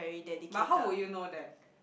but how would you know that